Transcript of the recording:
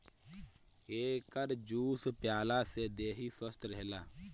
एकर juice पियला से देहि स्वस्थ्य रहेला